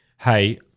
hey